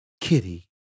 Kitty